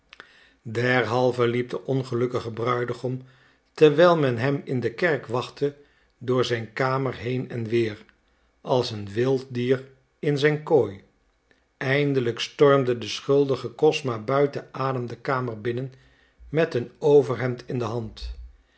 derhalve liep de ongelukkige bruidegom terwijl men hem in de kerk wachtte door zijn kamer heen en weer als een wild dier in zijn kooi eindelijk stormde de schuldige kosma buiten adem de kamer binnen met een overhemd in de hand